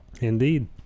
Indeed